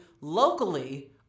locally